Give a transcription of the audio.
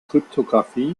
kryptographie